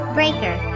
Breaker